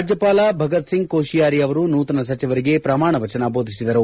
ರಾಜ್ಯಪಾಲ ಭಗತ್ ಸಿಂಗ್ ಕೊಶಿಯಾರಿ ಅವರು ನೂತನ ಸಚಿವರಿಗೆ ಪ್ರಮಾಣ ವಚನ ಬೋಧಿಸಿದರು